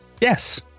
Yes